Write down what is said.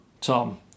Tom